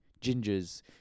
gingers